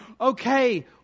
okay